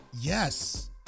Yes